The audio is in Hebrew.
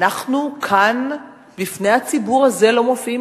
אנחנו כאן, בפני הציבור הזה, לא מופיעים.